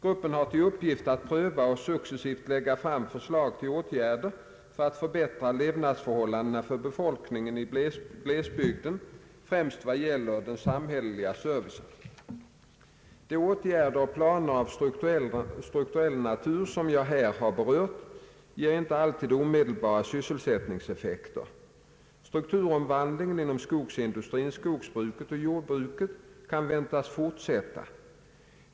Gruppen har till uppgift att pröva och successivt lägga fram förslag till åtgärder för att förbättra levnadsförhållandena för befolkningen i glesbygden främst vad gäller den samhälleliga servicen. De åtgärder och planer av strukturell natur som jag här har berört ger inte alltid omedelbara sysselsättningseffekter. Strukturomvandlingen inom skogsindustri, skogsbruk och jordbruk kan väntas fortsätta.